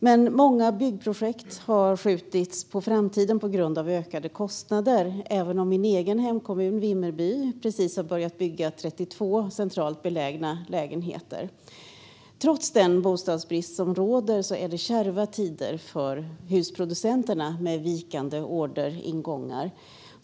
Men många byggprojekt har skjutits på framtiden på grund av ökade kostnader, även om min egen hemkommun Vimmerby precis har börjat bygga 32 centralt belägna lägenheter. Trots den bostadsbrist som råder är det kärva tider för husproducenterna med vikande orderingång.